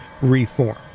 reform